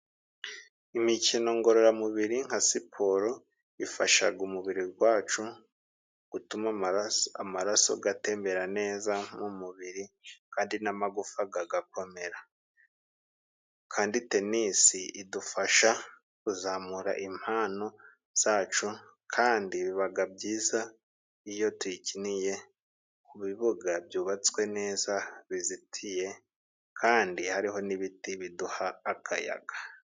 Imikino ngororamubiri nka siporo bifashaga umubiri gwacu gutuma amaraso amaraso gatembera neza mu mubiri kandi n'amagufa gagakomera. Kandi tenisi idufasha kuzamura impano zacu, kandi bibaga byiza iyo iyo tuyikiniye ku bibuga byubatswe neza bizitiye, kandi hariho n'ibiti biduha akayaga.